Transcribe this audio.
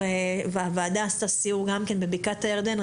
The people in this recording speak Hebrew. הוועדה עשתה סיור גם בבקעת הירדן,